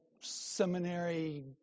seminary